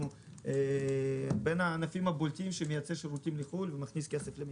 אנחנו בין הענפים הבולטים שמייצא שירותים לחו"ל ומכניס כסף למדינה.